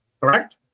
correct